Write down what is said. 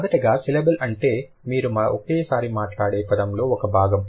మొదటగా సిలబుల్ అంటే మీరు ఒకేసారి మాట్లాడే పదంలో ఒక భాగం